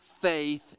faith